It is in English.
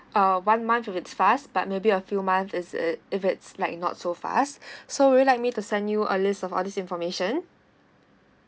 uh one month if it's fast but maybe a few months if it's if it's like not so fast so will you like me to send you a list of all this information